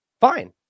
fine